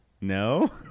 no